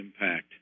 impact